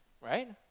right